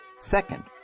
second,